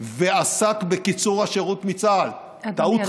ועסק בקיצור השירות בצה"ל, עליך